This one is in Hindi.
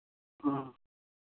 हाँ